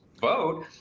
vote